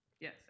Yes